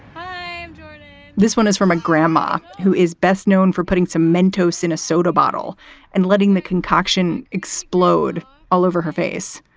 hi this one is from a grandma who is best known for putting some mentos in a soda bottle and letting the concoction explode all over her face.